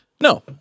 no